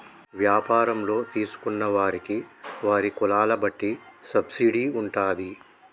వ్యాపారంలో తీసుకున్న వారికి వారి కులాల బట్టి సబ్సిడీ ఉంటాది